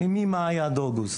ממאי עד אוגוסט.